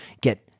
Get